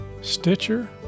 Stitcher